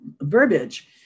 verbiage